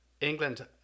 England